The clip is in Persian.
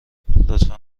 لطفا